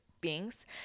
beings